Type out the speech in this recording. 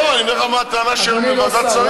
לא, אגיד לך מה הטענה בוועדת שרים.